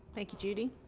thank you, jiew de.